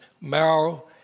marrow